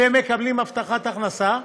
ומקבלים הבטחת הכנסה,